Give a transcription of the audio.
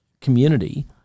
community